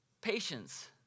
patience